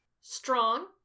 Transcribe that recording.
Strong